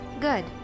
Good